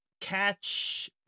catch